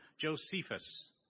Josephus